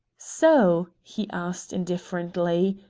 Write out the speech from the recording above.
so, he asked indifferently,